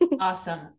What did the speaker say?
Awesome